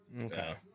okay